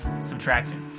subtraction